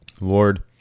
Lord